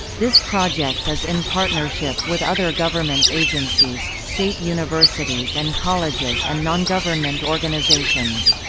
this project is in partnership with other government agencies, state universities and colleges and non-government organizations.